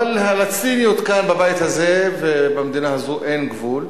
אבל, לציניות כאן, בבית הזה ובמדינה, אין גבול,